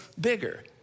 bigger